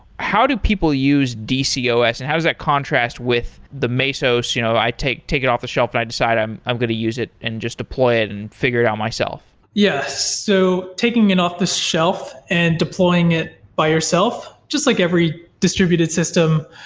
how do people use so dcos and how does that contrast with the mesos you know i take take it off the shelf and i decide i'm i'm going to use it and just deploy it and figure it out myself? yes. so taking it off the shelf and deploying it by yourself, just like every distributed system,